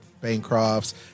Bancrofts